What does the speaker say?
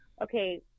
okay